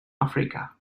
africa